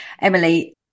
Emily